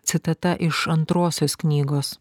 citata iš antrosios knygos